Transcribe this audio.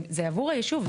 זה עבור היישוב,